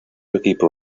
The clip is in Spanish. equipo